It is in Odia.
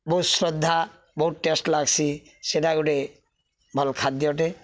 ବହୁତ୍ ଶ୍ରଦ୍ଧା ବହୁତ୍ ଟେଷ୍ଟ୍ ଲାଗ୍ସି ସେଟା ଗୁଟେ ଭଲ୍ ଖାଦ୍ୟଟେ